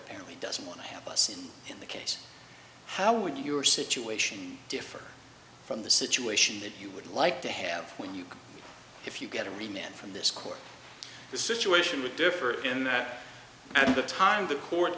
apparently doesn't want to help us in the case how would your situation differ from the situation that you would like to have when you if you get every man from this court the situation would differ in that at the time the court